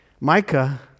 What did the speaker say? Micah